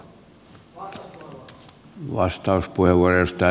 arvoisa puhemies